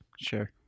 Sure